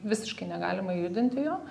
visiškai negalima judinti jo